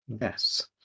Yes